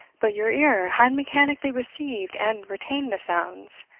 but your ear had mechanically received and retained the sounds,